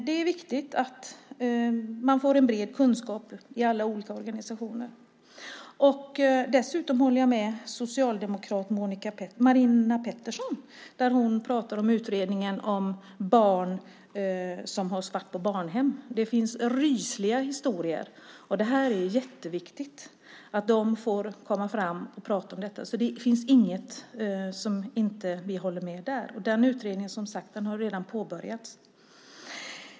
Det är viktigt att man får en bred kunskap i alla olika organisationer. Dessutom håller jag med socialdemokraten Marina Pettersson när hon pratar om utredningen om barn som hålls fast på barnhem. Det finns rysliga historier om detta. Det är jätteviktigt att man får komma fram och prata om detta. Det finns inget som vi inte håller med om där. Den utredningen har som sagt redan påbörjats.